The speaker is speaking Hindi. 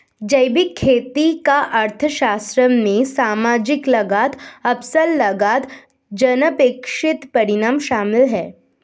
जैविक खेती का अर्थशास्त्र में सामाजिक लागत अवसर लागत अनपेक्षित परिणाम शामिल है